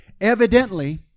Evidently